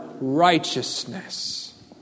righteousness